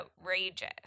outrageous